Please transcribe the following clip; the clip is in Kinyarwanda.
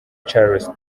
charles